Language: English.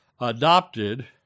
adopted